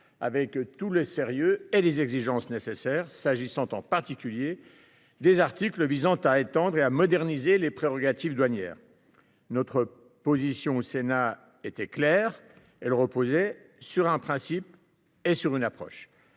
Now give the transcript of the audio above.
avec tout le sérieux et les exigences nécessaires, s’agissant en particulier des articles visant à étendre et à moderniser les prérogatives douanières. Notre position au Sénat est claire : elle repose sur un principe et sur une approche.